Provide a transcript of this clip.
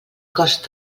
cost